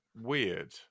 weird